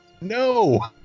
No